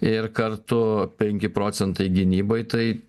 ir kartu penki procentai gynybai tai